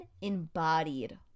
embodied